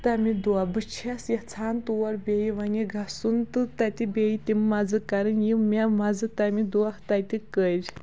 تَمہِ دۄہ بہٕ چھَس یَژھان تور بیٚیہِ وَنہِ گژھُن تہٕ تَتہِ بیٚیہِ تِم مَزٕ کَرٕنۍ یِم مےٚ مَزٕ تَمہِ دۄہ تَتہِ کٔرۍ